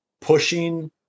pushing